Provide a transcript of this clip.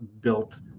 built